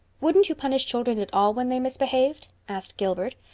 wouldn't you punish children at all, when they misbehaved? asked gilbert.